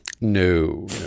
No